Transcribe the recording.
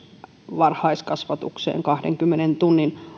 varhaiskasvatukseen kahdenkymmenen tunnin